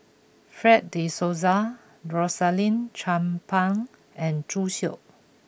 Fred de Souza Rosaline Chan Pang and Zhu Xu